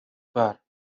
kvar